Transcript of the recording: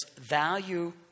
value